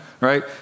right